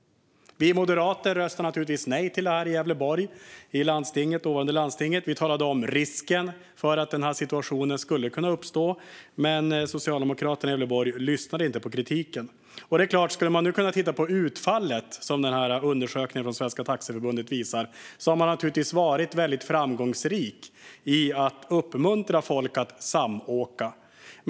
Vi moderater röstade naturligtvis nej till detta i det dåvarande landstinget. Vi talade om risken för att den här situationen skulle kunna uppstå. Men socialdemokraterna i Gävleborg lyssnade inte på kritiken. När man nu kan se utfallet, som undersökningen från Svenska Taxiförbundet visar, har man alltså varit väldigt framgångsrik när det gäller att uppmuntra folk att samåka.